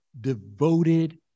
devoted